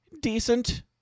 decent